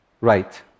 right